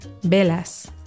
Velas